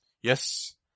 Yes